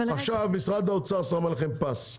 משרד האוצר שם עליכם פס,